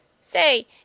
Say